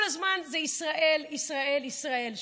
כל הזמן זה ישראל, ישראל, ישראל.